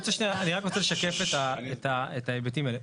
אני רק רוצה לשקף את ההיבטים האלה.